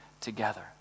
together